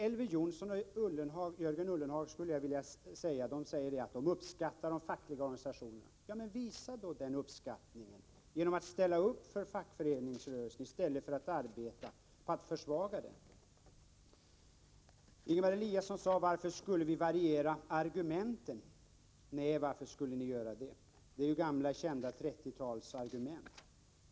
Elver Jonsson och Jörgen Ullenhag säger att de uppskattar de fackliga organisationerna. Visa då den uppskattningen genom att ställa upp för fackföreningsrörelsen i stället för att arbeta på att försvaga den! Ingemar Eliasson sade: Varför skall vi variera argumenten? Nej, varför skulle ni göra det, det är ju gamla kända 30-talsargument.